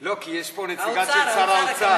לא, כי יש פה נציגה של שר האוצר.